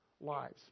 lives